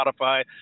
Spotify